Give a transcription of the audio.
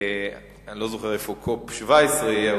אני לא זוכר איפה COP17 יהיה,